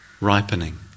ripening